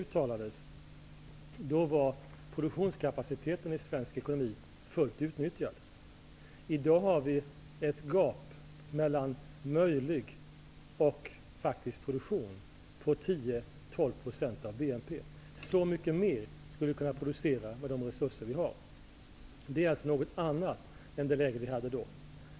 Kom i håg att produktionskapaciteten i svensk ekonomi då var fullt utnyttjad. I dag har vi ett gap mellan möjlig och faktisk produktion. Det rör sig om 10--12 % av BNP -- så mycket mera skulle vi kunna producera med de resurser som vi har. Det är alltså något annat än det läge vi hade då.